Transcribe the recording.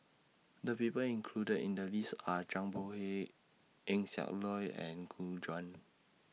The People included in The list Are Zhang Bohe Eng Siak Loy and Gu Juan